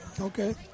Okay